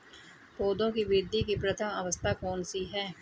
पौधों की वृद्धि की प्रथम अवस्था कौन सी है?